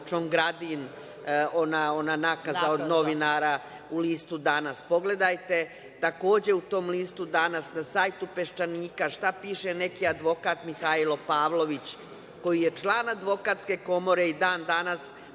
Čongradin, ona nakaza od novinara u listu „Danas“. Pogledajte takođe u tom listu „Danas“, na sajtu „Peščanika“, šta piše neki advokat Mihajlo Pavlović, koji je član Advokatske komore i dana danas,